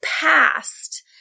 past